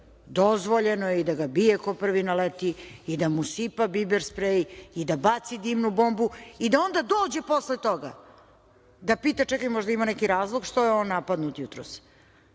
dozvoljeno je i da ga bije ko prvi naleti, da mu sipa biber sprej i da baci dimnu bombu i da onda dođe posle toga da pita – čekaj, možda ima neki razlog što je on napadnut jutros